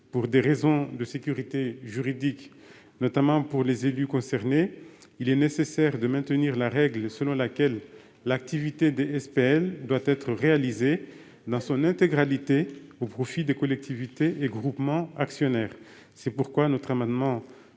Pour des raisons de sécurité juridique, notamment pour les élus concernés, il est nécessaire de maintenir la règle selon laquelle l'activité des SPL doit être réalisée dans son intégralité au profit des collectivités et groupements actionnaires. C'est pourquoi nous prévoyons